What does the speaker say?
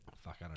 fuck